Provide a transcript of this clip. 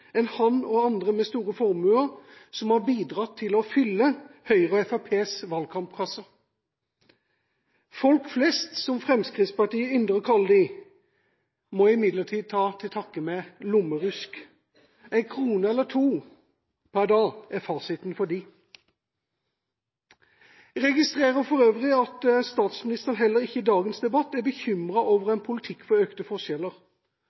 enn han og andre med store formuer som har bidratt til å fylle Høyre og Fremskrittspartiets valgkampkasser. Folk flest, som Fremskrittspartiet ynder å kalle dem, må imidlertid ta til takke med lommerusk – ei krone eller to per dag er fasiten for dem. Jeg registrerer for øvrig at statsministeren heller ikke i dagens debatt er bekymret over en politikk for økte forskjeller.